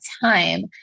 time